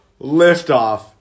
Liftoff